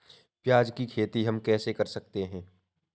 प्याज की खेती हम कैसे कर सकते हैं?